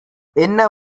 என்ன